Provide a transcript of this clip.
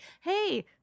hey